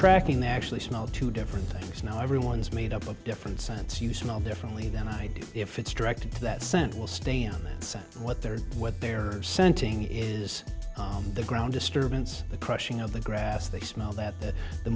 tracking that actually smell two different things now everyone's made up of different scents you smell differently than i do if it's directed to that scent will stand scent what they're what they're scenting is on the ground disturbance the crushing of the grass they smell that that the